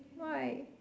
why